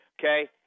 okay